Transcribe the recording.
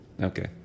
Okay